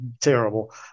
terrible